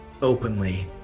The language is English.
Openly